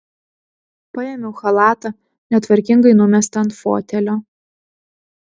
paėmiau chalatą netvarkingai numestą ant fotelio